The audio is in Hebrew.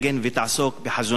ותעסוק בחזונם.